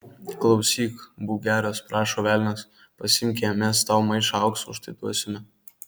klausyk būk geras prašo velnias pasiimk ją mes tau maišą aukso už tai duosime